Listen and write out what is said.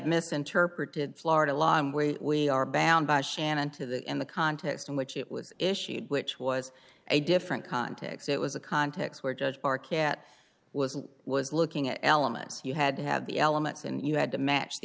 misinterpreted florida law where we are bound by shannon to the in the context in which it was issued which was a different context it was a context where judge our cat was was looking at elements you had had the elements and you had to match the